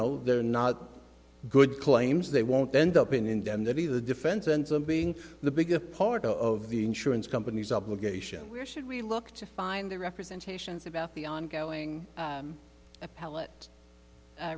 know they're not good claims they won't end up in them they be the defense ends up being the biggest part of the insurance companies obligation where should we look to find the representations about the ongoing